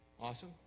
Awesome